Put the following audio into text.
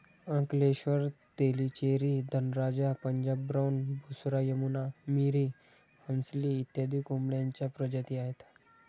Ankleshwar, Tellicherry, Dhanraja, Punjab brown, Busra, Yamuna, Miri, Hansli इत्यादी कोंबड्यांच्या प्रजाती आहेत